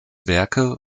werke